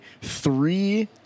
three